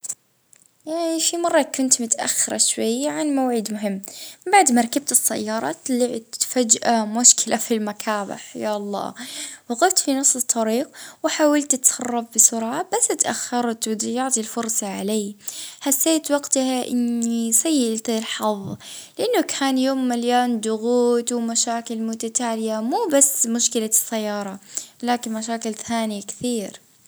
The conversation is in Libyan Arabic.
اه مرة شريت تلفون جديد وبعد اه أسبوع طاح مني واتكسرت شاشته، اه حسيت وجتها أن الحظ هرب مني تماما.